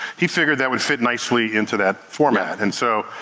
he figured that would fit nicely into that format. and so,